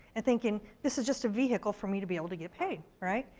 and thinking this is just a vehicle for me to be able to get paid, right.